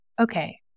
okay